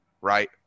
right